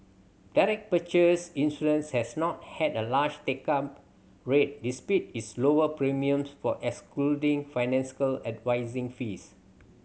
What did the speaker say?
direct purchase insurance has not had a large take up rate despite its lower premiums from excluding financial advising fees